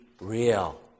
real